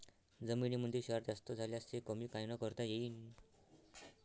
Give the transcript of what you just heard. जमीनीमंदी क्षार जास्त झाल्यास ते कमी कायनं करता येईन?